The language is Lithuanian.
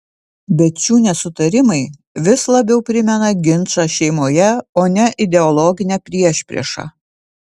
bet šių nesutarimai vis labiau primena ginčą šeimoje o ne ideologinę priešpriešą